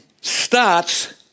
starts